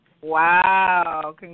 Wow